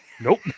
Nope